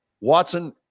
Watson